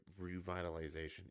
revitalization